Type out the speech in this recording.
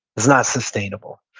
it's not sustainable.